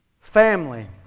family